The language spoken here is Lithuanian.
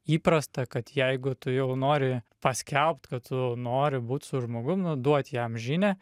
įprasta kad jeigu tu jau nori paskelbt kad tu nori būt su žmogum nu duot jam žinią